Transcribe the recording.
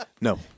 No